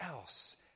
else